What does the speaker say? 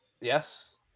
yes